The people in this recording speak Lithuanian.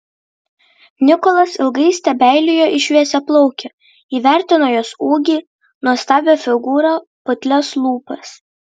nikolas ilgai stebeilijo į šviesiaplaukę įvertino jos ūgį nuostabią figūrą putlias lūpas